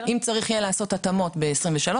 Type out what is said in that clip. אם צריך יהיה לעשות התאמות ב-2023,